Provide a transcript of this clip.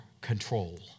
control